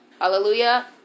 Hallelujah